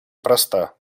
проста